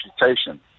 reputation